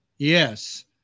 Yes